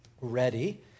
ready